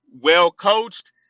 well-coached